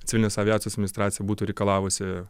civilinės aviacijos administracija būtų reikalavusi